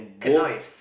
knives if